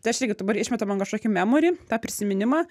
tai aš irgi dabar išmeta man kažkokį memori tą prisiminimą